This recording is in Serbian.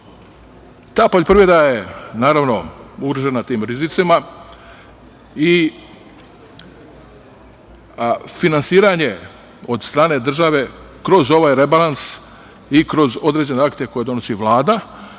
poljoprivreda je ugrožena tim rizicima i finansiranje od strane države kroz ovaj rebalans i kroz određene akte koje donosi Vlada